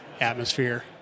atmosphere